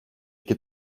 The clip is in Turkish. iki